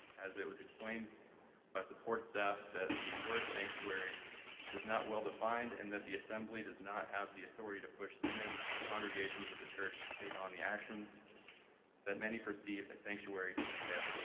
as it was explained by support staff that the word sanctuary is not well defined and that the assembly does not have the authority to push synods and congregations of the church to take on the actions that many perceive as sanctuary to entail.